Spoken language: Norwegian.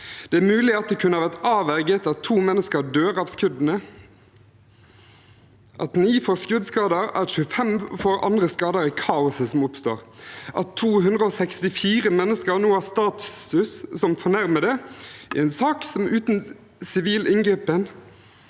Det er mulig at det kunne ha vært avverget at 2 mennesker dør av skuddene, at 9 får skuddskader, at 25 får andre skader i kaoset som oppstår, og at 264 mennesker nå har status som fornærmede i en sak som uten sivil inngripen